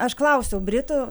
aš klausiau britų